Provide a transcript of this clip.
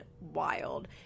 wild